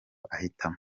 ahitamo